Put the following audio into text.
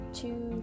two